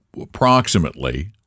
approximately